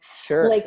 Sure